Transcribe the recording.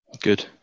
good